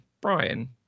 Brian